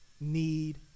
need